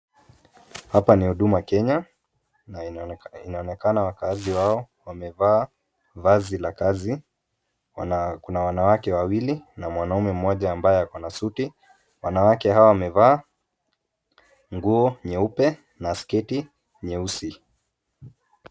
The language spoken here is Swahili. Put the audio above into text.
Hapa ni Huduma Kenya, na inaonekana wakaaji wao wamevaa vazi la kazi, kuna wanawake wawili na mwanaume mmoja ambaye ako na suti. Wanawake hawa wamevaa nguo nyeupe, na sketi nyeusi.